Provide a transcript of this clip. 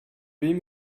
wem